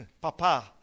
Papa